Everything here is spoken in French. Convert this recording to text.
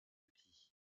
outils